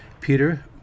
Peter